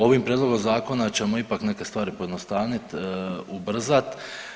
Ovim prijedlogom zakona ćemo ipak neke stvari pojednostaviti, ubrzat.